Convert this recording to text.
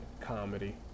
comedy